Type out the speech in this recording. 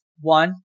One